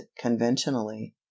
conventionally